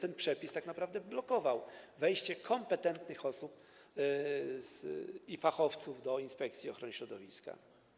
Ten przepis tak naprawdę blokował wejście kompetentnych osób i fachowców do Inspekcji Ochrony Środowiska.